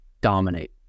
dominate